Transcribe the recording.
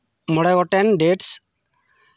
ᱢᱚᱬᱮ ᱜᱚᱴᱮᱱ ᱰᱮᱴᱥ